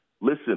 Listen